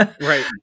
Right